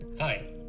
hi